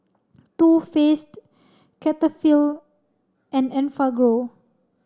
too Faced Cetaphil and Enfagrow